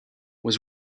was